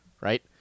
right